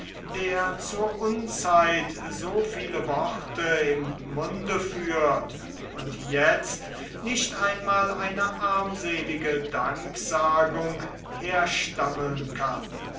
der zur unzeit so viele worte im munde führt und jetzt nicht einmal eine armselige danksagung herstammeln kann